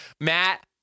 Matt